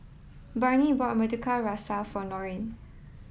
Barnie bought murtabak rusa for Norine